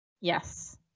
Yes